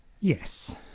Yes